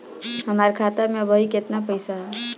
हमार खाता मे अबही केतना पैसा ह?